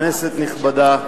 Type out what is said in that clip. כנסת נכבדה,